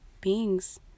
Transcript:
beings